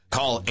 Call